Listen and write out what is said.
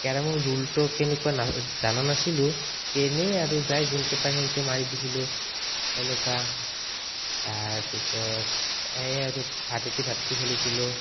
কেৰমৰ ৰোলটো কেনেকুৱা জানা নাছিলোঁ এনেই আৰু যাই যেনেকে পাৰে সেনেকে মাৰি দিছিলোঁ এনেকুৱা তাৰপিছত সেয়ে আৰু খেলিছিলোঁ